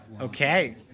Okay